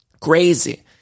Crazy